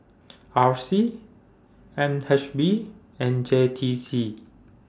R C N H B and J T C